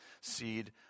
seed